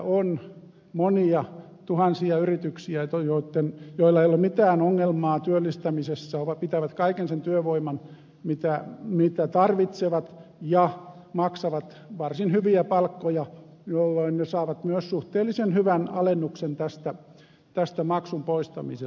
on monia tuhansia yrityksiä joilla ei ole mitään ongelmaa työllistämisessä vaan ne pitävät kaiken sen työvoiman mitä tarvitsevat ja maksavat varsin hyviä palkkoja jolloin ne saavat myös suhteellisen hyvän alennuksen tästä maksun poistamisesta